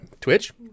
Twitch